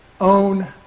own